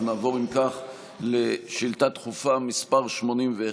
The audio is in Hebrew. אנחנו נעבור אם כך לשאילתה דחופה מס' 81,